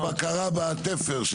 זה קרה בתפר.